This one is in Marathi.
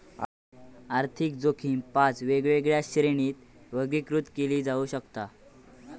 आर्थिक जोखीम पाच वेगवेगळ्या श्रेणींत वर्गीकृत केली जाऊ शकता